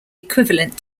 equivalent